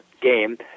game